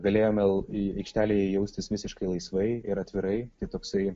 galėjome į aikštelėje jaustis visiškai laisvai ir atvirai tai toksai